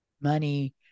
money